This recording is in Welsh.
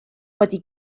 wedi